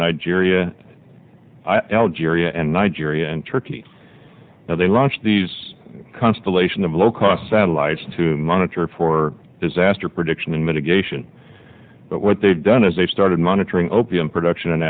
nigeria i l g area and nigeria and turkey now they launch these constellation of low cost satellites to monitor for disaster prediction and mitigation but what they've done is they've started monitoring opium production